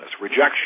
rejection